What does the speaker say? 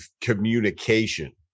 communication